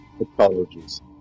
Apologies